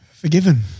Forgiven